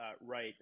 right